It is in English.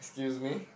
excuse me